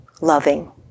loving